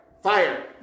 Fire